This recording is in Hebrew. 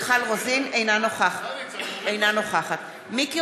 אינה נוכחת מיקי